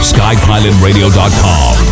SkyPilotRadio.com